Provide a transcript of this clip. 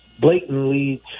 blatantly